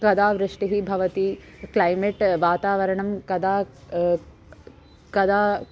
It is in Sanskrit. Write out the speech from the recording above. कदा वृष्टिः भवति क्लैमेट् वातावरणं कदा कदा